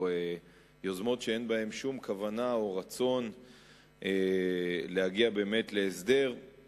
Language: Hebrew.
או יוזמות שאין בהן שום כוונה או רצון להגיע באמת להסדר,